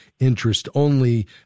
interest-only